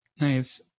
Nice